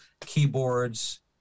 keyboards